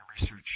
research